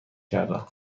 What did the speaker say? کردم